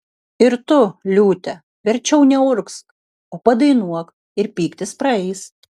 ir tu liūte verčiau neurgzk o padainuok ir pyktis praeis